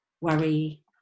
worry